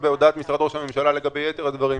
גם בהודעת משרד ראש הממשלה לגבי ייתר הדברים,